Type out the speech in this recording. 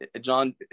John